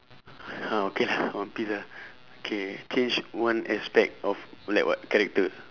ah okay lah one piece ah okay change one aspect of like what character